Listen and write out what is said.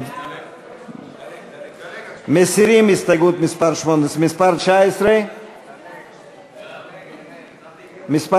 דלג על 18. מסירים הסתייגות מס' 18. מס'